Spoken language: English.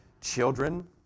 children